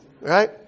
right